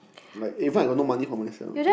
like even I got no money for myself